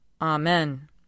Amen